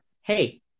hey